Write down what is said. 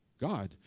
God